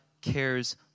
cares